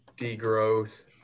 degrowth-